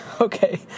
Okay